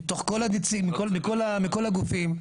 מכל הגופים.